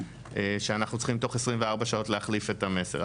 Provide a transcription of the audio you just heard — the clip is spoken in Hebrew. שאנחנו צריכים תוך 24 שעות להחליף את המסר,